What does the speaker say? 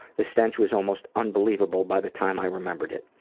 the stench was almost unbelievable by the time i remembered it.